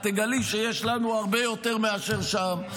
את תגלי שיש לנו הרבה יותר מאשר שם.